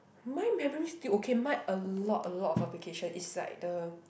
my memory still okay my a lot a lot of application is like the